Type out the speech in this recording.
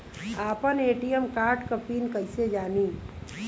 आपन ATM card के PIN कईसे जानी?